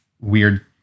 weird